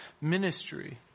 ministry